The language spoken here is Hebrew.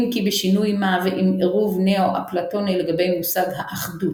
אם כי בשינוי מה ועם עירוב נאו-אפלטוני לגבי מושג האחדות.